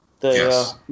Yes